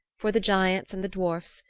for the giants and the dwarfs,